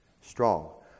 strong